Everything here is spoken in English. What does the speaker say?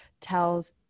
tells